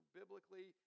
biblically